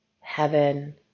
heaven